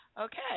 okay